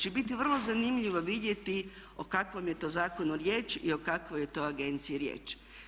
Pa će biti vrlo zanimljivo vidjeti o kakvom je to zakonu riječ i o kakvoj je to agenciji riječ.